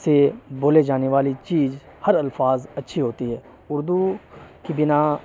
سے بولے جانے والی چیز ہر الفاظ اچھی ہوتی ہے اردو کی بنا